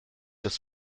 das